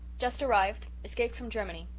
just arrived. escaped from germany.